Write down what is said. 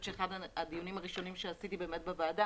אחד הדיונים הראשונים שעשיתי בוועדה